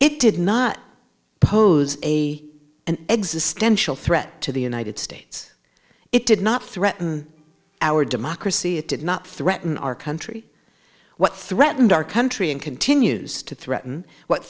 it did not pose a an existential threat to the united states it did not threaten our democracy it did not threaten our country what threatened our country and continues to threaten what